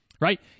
right